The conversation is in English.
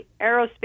aerospace